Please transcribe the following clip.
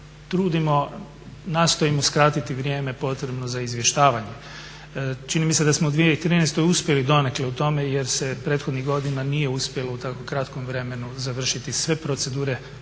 trudimo, nastojimo skratiti vrijeme potrebno za izvještavanje. Čini mi se da smo u 2013. uspjeli donekle u tome jer se prethodnih godina nije uspjelo u tako kratkom vremenu završiti sve procedure